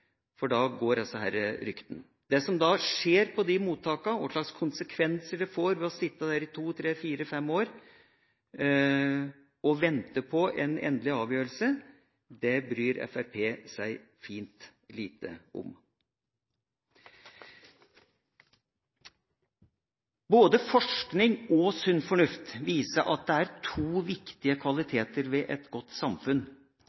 for da går ryktene. Det som skjer på mottakene, hva slags konsekvenser det får å sitte der i to, tre, fire og fem år og vente på en endelig avgjørelse, bryr Fremskrittspartiet seg fint lite om. Både forskning og sunn fornuft viser at det er to viktige